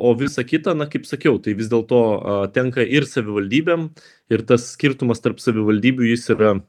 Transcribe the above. o visa kita na kaip sakiau tai vis dėl to tenka ir savivaldybėm ir tas skirtumas tarp savivaldybių jis yra